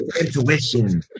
intuition